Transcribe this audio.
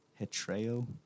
Hetreo